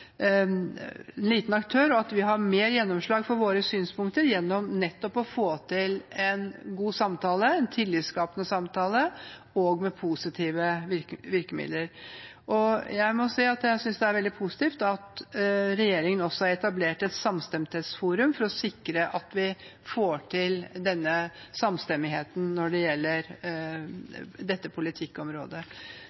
liten aktør, og vi har mer gjennomslag for våre synspunkter gjennom å få til en god samtale, en tillitsskapende samtale, med positive virkemidler. Jeg må si at jeg synes det er veldig positivt at regjeringen også har etablert et samstemthetsforum for å sikre at vi får til denne samstemmigheten når det gjelder